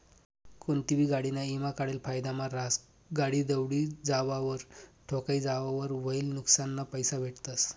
कोनतीबी गाडीना ईमा काढेल फायदाना रहास, गाडी दवडी जावावर, ठोकाई जावावर व्हयेल नुक्सानना पैसा भेटतस